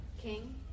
King